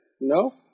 No